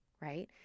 right